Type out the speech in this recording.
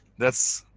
that's